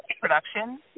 production